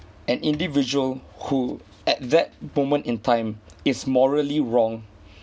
an individual who at that moment in time is morally wrong